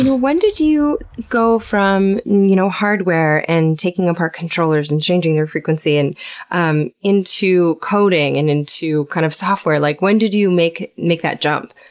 ah when did you go from you know hardware, and taking apart controllers, and changing their frequency, and and into coding and into kind of software? like when did you make make that jump?